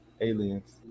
aliens